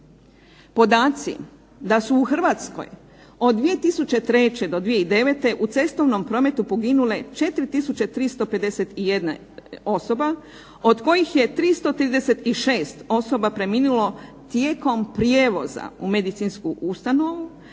Podaci da su u Hrvatskoj od 2003. do 2009. u cestovnom prometu poginule 4 tisuće 351 osoba, od kojih je 336 osoba preminulo tijekom prijevoza u medicinsku ustanovu,